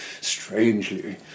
strangely